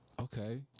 Okay